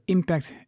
Impact